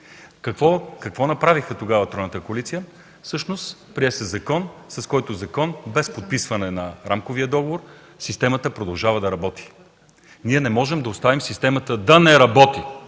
Какво направи тогава Тройната коалиция? Прие се закон, с който, без подписване на Рамковия договор, системата продължава да работи. Ние не можем да оставим системата да не работи.